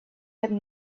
had